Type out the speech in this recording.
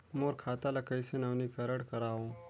मोर खाता ल कइसे नवीनीकरण कराओ?